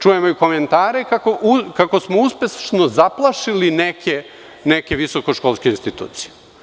Čujem komentare kako smo uspešno zaplašili neke visokoškolske institucije.